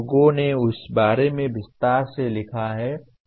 लोगों ने उस बारे में विस्तार से लिखा है